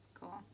Cool